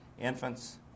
infants